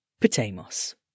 Potamos